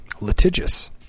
litigious